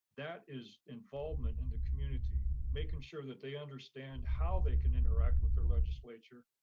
that is involvement in the community, making sure that they understand how they can interact with their legislature,